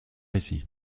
ici